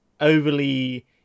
overly